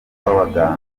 rw’abaganga